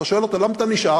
אתה שואל אותו: למה אתה נשאר?